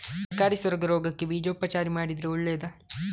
ತರಕಾರಿ ಸೊರಗು ರೋಗಕ್ಕೆ ಬೀಜೋಪಚಾರ ಮಾಡಿದ್ರೆ ಒಳ್ಳೆದಾ?